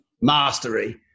mastery